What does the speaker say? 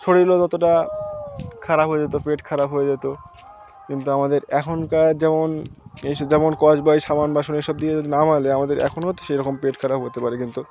শরীরও যতটা খারাপ হয়ে যেত পেট খারাপ হয়ে যেত কিন্তু আমাদের এখনকার যেমন এই সব যেমন স্কচ ব্রাইট সাবান বাসন এই সব দিয়ে যদি না মাজলে আমাদের এখনও তো সে রকম পেট খারাপ হতে পারে কিন্তু